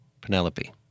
Penelope